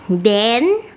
then